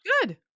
Good